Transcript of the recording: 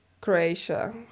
Croatia